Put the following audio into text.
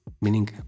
meaning